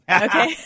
Okay